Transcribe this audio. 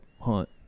hunt